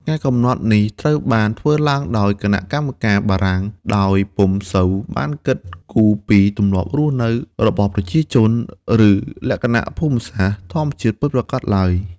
ការកំណត់នេះត្រូវបានធ្វើឡើងដោយគណៈកម្មការបារាំង ដោយពុំសូវបានគិតគូរពីទម្លាប់រស់នៅរបស់ប្រជាជន ឬលក្ខណៈភូមិសាស្ត្រធម្មជាតិពិតប្រាកដឡើយ។